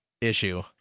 issue